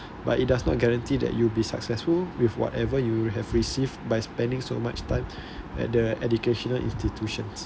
but it does not guarantee that you'll be successful with whatever you have received by spending so much time at the educational institutions